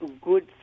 good